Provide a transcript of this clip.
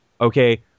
Okay